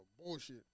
bullshit